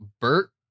Bert